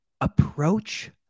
Approach